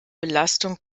belastung